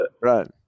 right